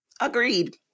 Agreed